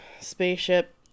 Spaceship